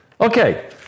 Okay